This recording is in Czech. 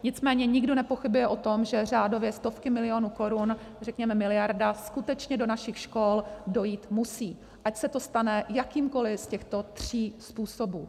Nicméně nikdo nepochybuje o tom, že řádově stovky milionů korun, řekněme miliarda, skutečně do našich škol dojít musí, ať se to stane jakýmkoli z těchto tří způsobů.